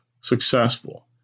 successful